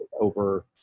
over